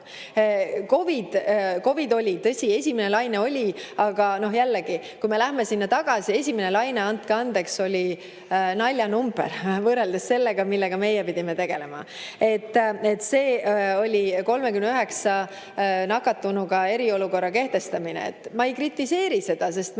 COVID oli, tõsi, esimene laine oli. Aga kui me läheme sinna tagasi, siis esimene laine, andke andeks, oli naljanumber võrreldes sellega, millega meie pidime tegelema. 39 nakatunuga eriolukorra kehtestamine – ma ei kritiseeri seda, sest me